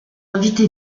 invité